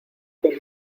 que